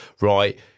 right